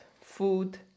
food